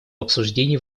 обсуждений